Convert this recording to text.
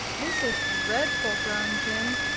this is dreadful! groaned jim.